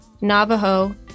Navajo